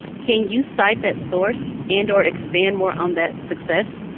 can you cite that source and or expand more on that success?